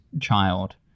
child